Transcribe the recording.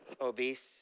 obese